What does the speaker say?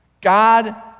God